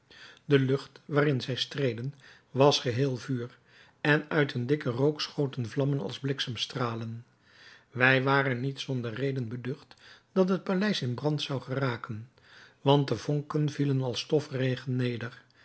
de lucht waarin zij streden was geheel vuur en uit een dikken rook schoten vlammen als bliksemstralen wij waren niet zonder reden beducht dat het paleis in brand zou geraken want de vonken vielen als